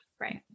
Right